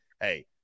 hey